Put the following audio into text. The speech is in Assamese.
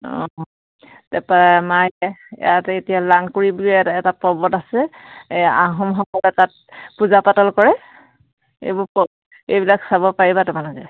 অঁ তাপা ইয়াত এতিয়া লাংকুুৰীব এটা পৰ্বত আছে এই আহোমসকলে তাত পূজা পাতল কৰে এইবোৰ এইবিলাক চাব পাৰিবা তোমালোকে